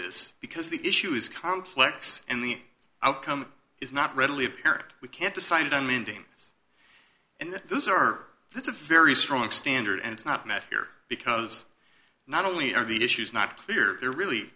this because the issue is complex and the outcome is not readily apparent we can't decide on the ending and those are that's a very strong standard and it's not met here because not only are the issues not clear they're really